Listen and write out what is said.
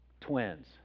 twins